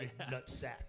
nutsack